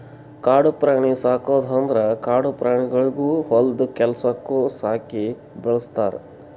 ಕಾಡು ಪ್ರಾಣಿ ಸಾಕದ್ ಅಂದುರ್ ಕಾಡು ಪ್ರಾಣಿಗೊಳಿಗ್ ಹೊಲ್ದು ಕೆಲಸುಕ್ ಸಾಕಿ ಬೆಳುಸ್ತಾರ್